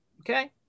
Okay